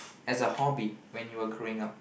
as a hobby when you were growing up